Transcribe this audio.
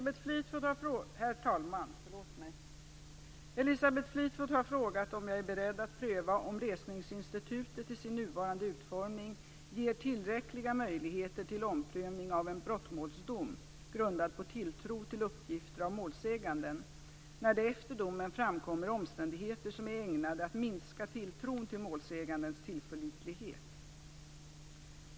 Herr talman! Elisabeth Fleetwood har frågat om jag är beredd att pröva om resningsinstitutet i sin nuvarande utformning ger tillräckliga möjligheter till omprövning av en brottmålsdom grundad på tilltro till uppgifter av målsäganden, när det efter domen framkommer omständigheter som är ägnade att minska tilltron till målsägandens tillförlitlighet.